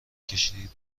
کشیدی